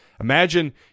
Imagine